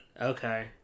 Okay